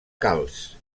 calç